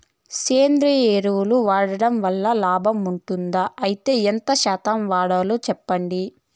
సేంద్రియ ఎరువులు వాడడం వల్ల లాభం ఉంటుందా? అయితే ఎంత శాతం వాడాలో చెప్పండి?